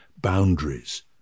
boundaries